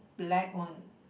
black one